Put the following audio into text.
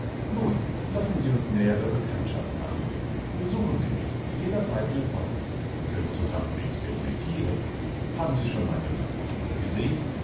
nun lassen sie uns nähere bekanntschaft machen besuchen sie mich jederzeit willkommen können zusammen experimentieren haben sie schon meine luftpumpe gesehen